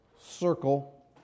circle